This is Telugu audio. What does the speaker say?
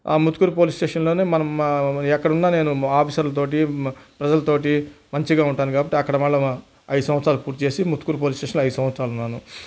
ఆ ముత్తుకూరి పోలీస్ స్టేషన్లోనే మనం ఎక్కడున్నా నేను ఆఫీసర్ల తోటి ప్రజల్లో తోటి మంచిగా ఉంటాను కాబట్టి అక్కడ వాళ్ళు ఐదు సంవత్సరాలు పూర్తి చేసి ముత్తుకూరి పోలీస్ స్టేషన్లో ఐదు సంవత్సరాలు ఉన్నాను